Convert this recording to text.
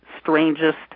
strangest